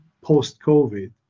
post-COVID